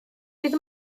bydd